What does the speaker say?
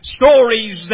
stories